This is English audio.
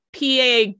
PA